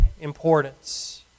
importance